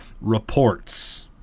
reports